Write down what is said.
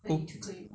oh